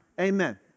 amen